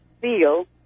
feel